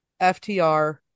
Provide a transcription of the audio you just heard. ftr